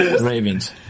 Ravens